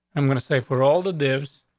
i'm going to say for all the lives,